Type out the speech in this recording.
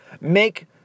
make